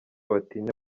batinya